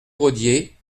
rodier